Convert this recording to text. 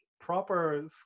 proper